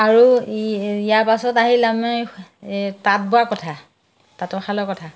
আৰু ইয়াৰ পাছত আহিল আমি তাঁত বোৱা কথা তাঁতৰশালৰ কথা